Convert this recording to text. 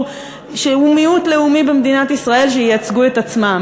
שהוא מיעוט לאומי במדינת ישראל שייצגו את עצמם,